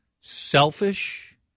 selfish